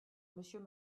monsieur